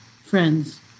friends